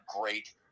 great